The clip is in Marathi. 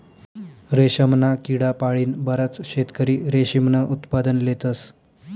रेशमना किडा पाळीन बराच शेतकरी रेशीमनं उत्पादन लेतस